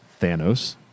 Thanos-